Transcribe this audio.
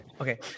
Okay